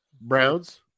Browns